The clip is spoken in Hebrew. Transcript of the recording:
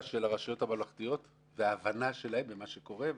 של הרשויות הממלכתיות וההבנה שלהן את מה שקורה.